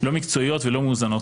לא מקצועיות ובלתי מאוזנות.